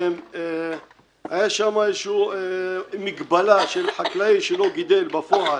היתה שם מגבלה של חקלאי שלא גידל בפועל